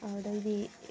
ꯑꯗꯨꯗꯩꯗꯤ